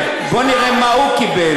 בואו נראה מה הוא קיבל.